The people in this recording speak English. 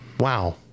Wow